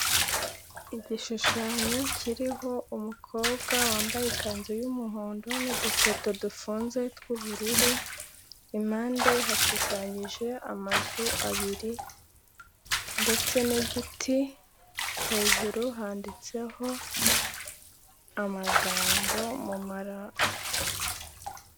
Igishushanyo kiriho umukobwa wambaye ikanzu y'umuhondo n'udukweto dufunze tw'ubururu, impande hashushanyije amazu abiri ndetse n igiti, hejuru handitseho amagambo mu mumara.